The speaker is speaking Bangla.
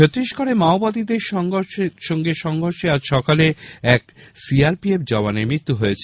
ছত্তিশগড়ে মাওবাদীদের সংঘর্ষে আজ সকালে এক সিআরপিএফ জওয়ানের মৃত্যু হয়েছে